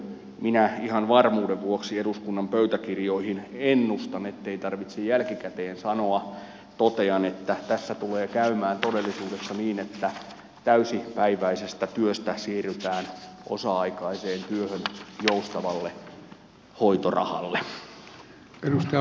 minä ihan varmuuden vuoksi eduskunnan pöytäkirjoihin ennustan ettei tarvitse jälkikäteen sanoa totean että tässä tulee käymään todellisuudessa niin että täysipäiväisestä työstä siirrytään osa aikaiseen työhön joustavalle hoitorahalle